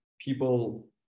people